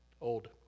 old